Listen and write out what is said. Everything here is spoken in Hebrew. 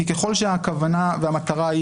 ככל שהכוונה והמטרה,